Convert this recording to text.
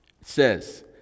says